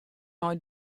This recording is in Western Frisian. nei